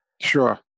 Sure